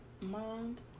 mind